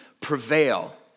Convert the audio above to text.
prevail